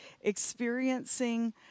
experiencing